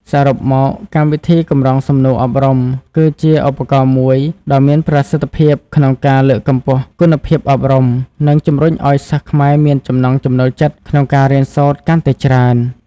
សរុបមក កម្មវិធីកម្រងសំណួរអប់រំគឺជាឧបករណ៍មួយដ៏មានប្រសិទ្ធភាពក្នុងការលើកកម្ពស់គុណភាពអប់រំ និងជំរុញឲ្យសិស្សខ្មែរមានចំណង់ចំណូលចិត្តក្នុងការរៀនសូត្រកាន់តែច្រើន។